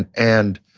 and and